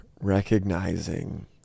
recognizing